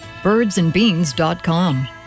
Birdsandbeans.com